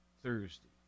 Thursday